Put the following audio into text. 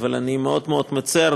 אבל אני מאוד מאוד מצר,